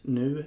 nu